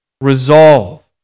Resolve